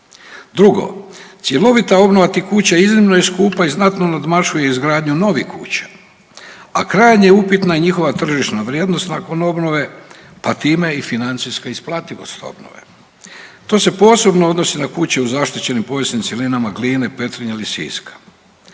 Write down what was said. Drugo, cjelovita obnova tih kuća iznimno je skupa i znatno nadmašuje izgradnju novih kuća, a krajnje je upitna i njihova tržišna vrijednost nakon obnove pa time i financijska isplativost obnove. To se posebno odnosi na kuće u zaštićenim povijesnim cjelinama Gline, Petrinje ili Siska.